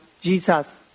Jesus